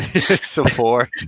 Support